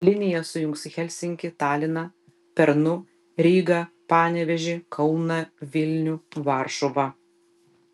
linija sujungs helsinkį taliną pernu rygą panevėžį kauną vilnių varšuvą